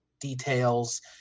details